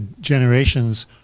generations